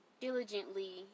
diligently